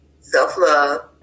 self-love